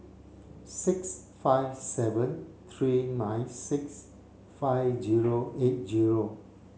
six five seven three nine six five zero eight zero